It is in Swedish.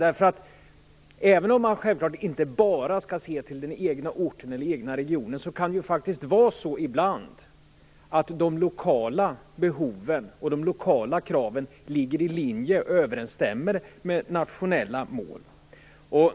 Även om man självfallet inte enbart skall se till den egna orten eller den egna regionen kan det faktiskt ibland vara så att de lokala behoven och de lokala kraven ligger i linje med och överensstämmer med nationella mål.